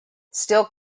still